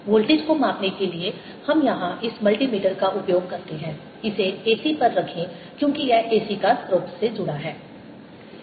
voltage को मापने के लिए हम यहां इस मल्टीमीटर का उपयोग करते हैं इसे AC पर रखें क्योंकि यह AC स्रोत से जुड़ा है